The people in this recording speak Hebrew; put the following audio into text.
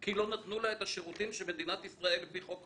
כי לא נתנו לה את השירותים שמדינת ישראל לפי חוק